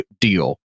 deal